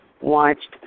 watched